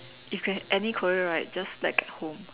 if can have any career right just slack at home